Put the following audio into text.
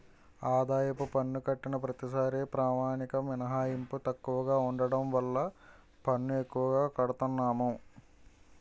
ఆదాయపు పన్ను కట్టిన ప్రతిసారీ ప్రామాణిక మినహాయింపు తక్కువగా ఉండడం వల్ల పన్ను ఎక్కువగా కడతన్నాము